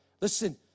Listen